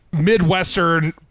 Midwestern